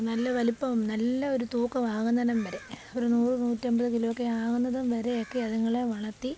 നല്ല വലിപ്പവും നല്ല ഒരു തൂക്കവും ആകുന്നിടം വരെ ഒരു നൂറു നൂറ്റമ്പത് കിലോ ഒക്കെ ആകുന്നതും വരെയൊക്കെ അതുങ്ങളെ വളർത്തി